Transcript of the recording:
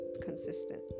consistent